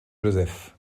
joseph